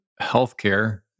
healthcare